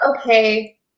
Okay